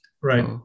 right